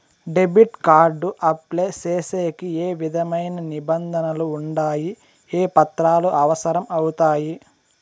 Debit card apply సేసేకి ఏ విధమైన నిబంధనలు ఉండాయి? ఏ పత్రాలు అవసరం అవుతాయి?